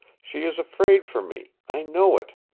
she is afraid for me. i know it.